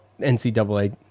NCAA